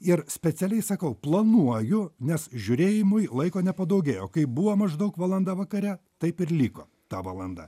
ir specialiai sakau planuoju nes žiūrėjimui laiko nepadaugėjo kaip buvo maždaug valanda vakare taip ir liko ta valanda